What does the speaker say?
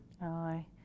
Aye